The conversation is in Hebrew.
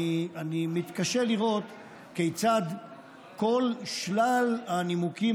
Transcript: אני מתקשה לראות כיצד כל שלל הנימוקים